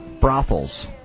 Brothels